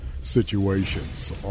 situations